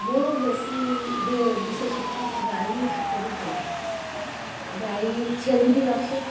ମୁଁ ବେଶୀ ହୁଏ ବିଶେଷତଃ ଗାଈ ହାଟରୁ କିଣେ ଗାଈ ଛେଳି ବି ରଖେ